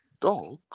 dogs